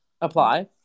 apply